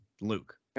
Luke